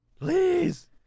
Please